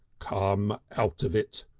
come out of it,